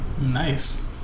nice